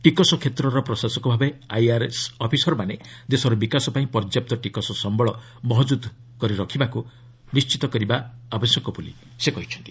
ଟିକସ କ୍ଷେତ୍ରର ପ୍ରଶାସକ ଭାବେ ଆଇଆର୍ଏସ୍ ଅଫିସରମାନେ ଦେଶର ବିକାଶ ପାଇଁ ପର୍ଯ୍ୟାପ୍ତ ଟିକସ ସମ୍ଭଳ ମହକୁଦ୍ ରହିବାକୁ ନିର୍ଣ୍ଣିତ କରିବା ଆବଶ୍ୟକ ବୋଲି ସେ କହିଛନ୍ତି